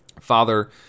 father